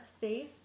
safe